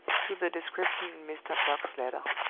to the description in mr. brock's letter.